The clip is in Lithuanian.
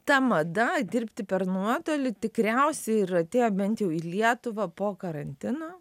ta mada dirbti per nuotolį tikriausiai ir atėjo bent jau į lietuvą po karantino